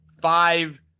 five